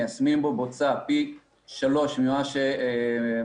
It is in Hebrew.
מיישמים בו בוצה פי שלוש ממה שמתירות